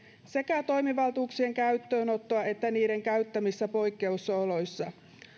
sekä toimivaltuuksien käyttöönottoa että niiden käyttämistä poikkeusoloissa